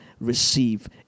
receive